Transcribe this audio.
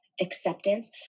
acceptance